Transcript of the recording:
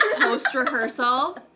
post-rehearsal